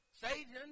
Satan